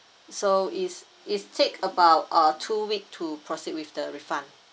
so is is take about uh two week to proceed with the refund